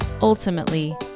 ultimately